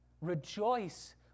Rejoice